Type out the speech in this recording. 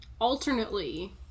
Alternately